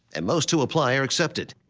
and most who apply are accepted.